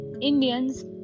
Indians